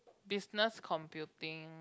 business computing